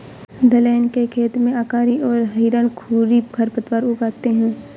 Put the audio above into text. दलहन के खेत में अकरी और हिरणखूरी खरपतवार उग आते हैं